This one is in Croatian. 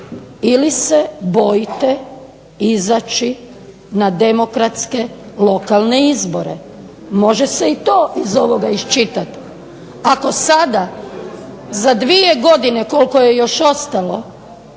ili se bojite izaći na demokratske lokalne izbore? Može se i to iz ovoga iščitati. Ako sada za 2 godine koliko je još ostalo,